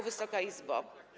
Wysoka Izbo!